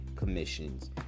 commissions